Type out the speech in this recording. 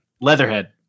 Leatherhead